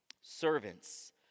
servants